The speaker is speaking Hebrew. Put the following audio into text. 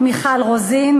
מיכל רוזין,